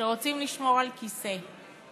שרוצים לשמור על כיסא.